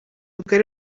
bwari